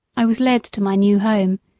i was led to my new home,